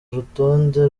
urutonde